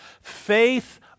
faith